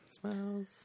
Smells